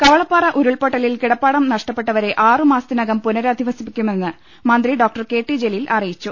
കവളപ്പാറ ഉരുൾപൊട്ടലിൽ കിടപ്പാടം നഷ്ടപ്പെട്ടവരെ ആറുമാസത്തിനകം പുനരധിവസിപ്പിക്കുമെന്ന് മന്ത്രി കെ ടി ജലീൽ അറി യിച്ചു